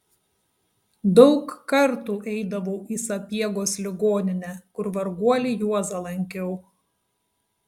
daug kartų eidavau į sapiegos ligoninę kur varguolį juozą lankiau